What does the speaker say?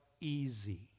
easy